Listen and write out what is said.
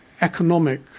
economic